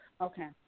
Okay